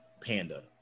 panda